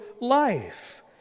life